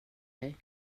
dig